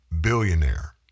billionaire